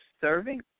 serving